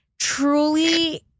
truly